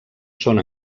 són